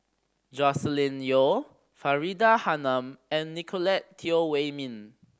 Joscelin Yeo Faridah Hanum and Nicolette Teo Wei Min